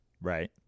Right